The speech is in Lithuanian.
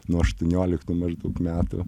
nuo aštuonioliktų maždaug metų